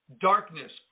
darkness